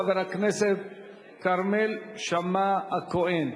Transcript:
חבר הכנסת כרמל שאמה-הכהן.